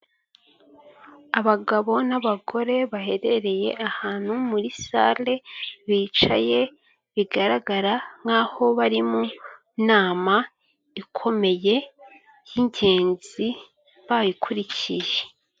Abagabo n'abagore baherereye ahantu muri sale bicaye bigaragara nkaho bari mu nama ikomeye y'ingenzi bayikurikiye.